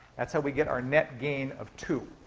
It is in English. that's how we get our net gain of two.